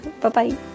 Bye-bye